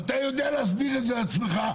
אתה יודע להסביר את זה לעצמך?